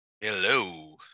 Hello